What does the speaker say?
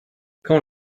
quand